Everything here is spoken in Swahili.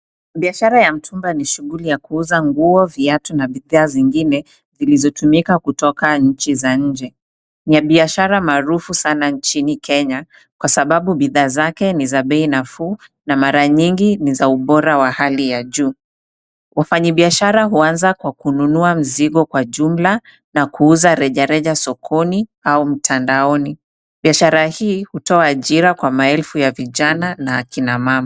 Biashara ya mtumba ni shughuli ya kuuza nguo, viatu na bidhaa zingine zilizotumika kutoka nchi za nje. Ni biashara maarufu sana nchini Kenya kwa sababu bidhaa zake ni ya bei nafuu na mara nyingi ni za ubora wa hali ya juu. Wafanyibiashara waanza kwa kununua mzigo kwa jumla na kuuza rejareja sokoni au mtandaoni. Biashara hii hutoa ajira kwa maelfu ya vijana na akina mama.